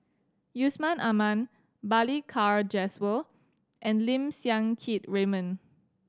Yusman Aman Balli Kaur Jaswal and Lim Siang Keat Raymond